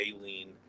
Aileen